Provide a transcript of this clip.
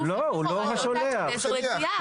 הוא כמו חברת עזר לגבייה.